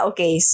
Okay